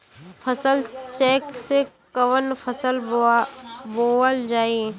फसल चेकं से कवन फसल बोवल जाई?